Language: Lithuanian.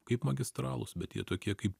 kaip magistratus bet jie tokie kaip